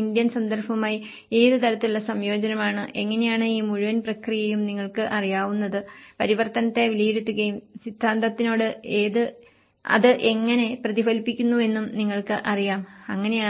Indian സന്ദർഭവുമായി ഏത് തലത്തിലുള്ള സംയോജനമാണ് എങ്ങനെയാണ് ഈ മുഴുവൻ പ്രക്രിയയും നിങ്ങൾക്ക് അറിയാവുന്നത് പരിവർത്തനത്തെ വിലയിരുത്തുകയും സിദ്ധാന്തത്തിലേക്ക് അത് എങ്ങനെ പ്രതിഫലിപ്പിക്കുന്നുവെന്നും നിങ്ങൾക്ക് അറിയാം അങ്ങനെയാണ്